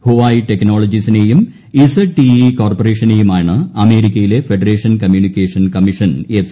Huawei ടെക്നോളജീസിനേയും ദാള കോർപ്പറേഷനേയുമാണ് അമേരിക്കയിലെ ഫെഡറേഷൻ കമ്മ്യൂണിക്കേഷൻ കമ്മീഷൻ എഫ്